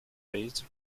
raised